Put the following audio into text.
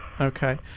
Okay